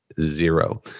zero